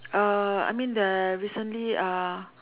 uh I mean there recently uh